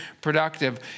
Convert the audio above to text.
productive